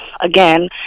again